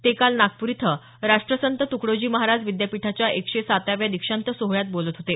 ते काल नागपूर इथं राष्ट्रसंत तुकडोजी महाराज विद्यापीठाच्या एकशे साताव्या दीक्षांत सोहळ्यात बोलत होते